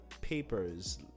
papers